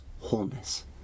wholeness